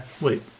Wait